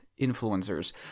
influencers